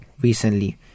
recently